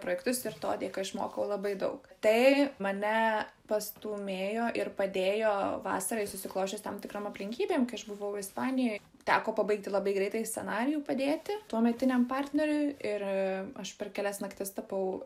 projektus ir to dėka išmokau labai daug tai mane pastūmėjo ir padėjo vasarai susiklosčius tam tikrom aplinkybėm kai aš buvau ispanijoj teko pabaigti labai greitai scenarijų padėti tuometiniam partneriui ir aš per kelias naktis tapau